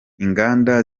inganda